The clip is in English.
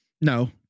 No